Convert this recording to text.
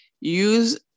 use